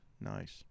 Nice